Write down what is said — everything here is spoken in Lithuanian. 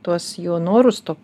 tuos jo norus to